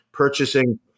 purchasing